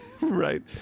Right